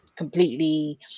Completely